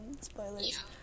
Spoilers